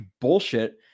bullshit